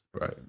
right